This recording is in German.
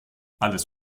alles